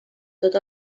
tot